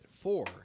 four